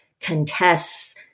contests